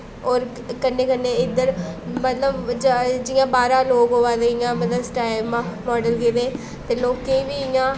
होर कन्नै कन्नै इद्धर मतलब ज जि'यां बाह्रा लोक आवा दे इ'यां मतलब इस टाइम मा मार्डन विलेज ते लोकें गी बी इ'यां